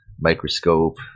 microscope